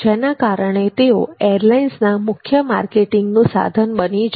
જેના કારણે તેઓ એરલાઈન્સના મુખ્ય માર્કેટિંગનું સાધન બની જાય છે